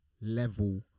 level